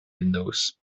windows